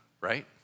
right